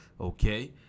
Okay